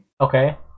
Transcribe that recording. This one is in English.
Okay